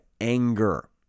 anger